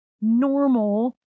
normal